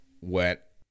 wet